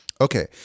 Okay